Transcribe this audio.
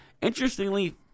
Interestingly